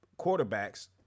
quarterbacks